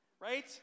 Right